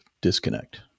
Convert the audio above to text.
disconnect